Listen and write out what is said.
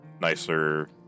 nicer